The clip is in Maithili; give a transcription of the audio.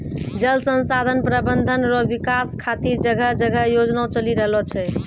जल संसाधन प्रबंधन रो विकास खातीर जगह जगह योजना चलि रहलो छै